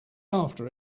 after